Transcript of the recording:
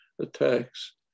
attacks